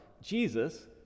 Jesus